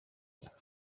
berlin